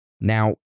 Now